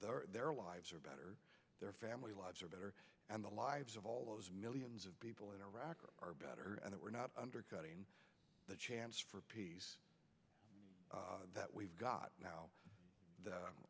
that their lives are better their family lives are better and the lives of all those millions of people in iraq are better and it were not undercutting the chance for peace that we've got now